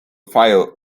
file